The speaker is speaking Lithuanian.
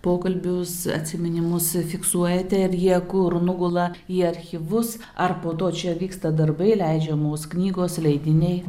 pokalbius atsiminimus fiksuojate ir jie kur nugula į archyvus ar po to čia vyksta darbai leidžiamos knygos leidiniai